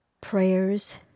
prayers